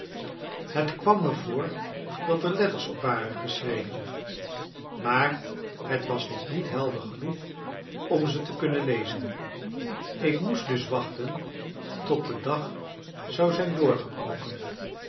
het kwam me voor dat er letters op waren geschreven maar het was nog niet helder genoeg om ze te kunnen lezen ik moest dus wachten tot de dag zou zijn doorgebroken